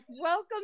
welcome